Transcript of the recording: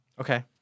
Okay